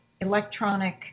electronic